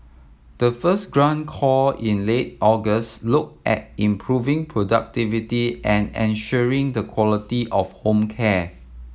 the first grant call in late August looked at improving productivity and ensuring the quality of home care